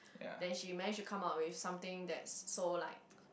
then she managed to come up with something that's so like